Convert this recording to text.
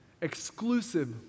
exclusive